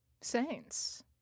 Saints